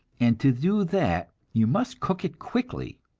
and to do that you must cook it quickly.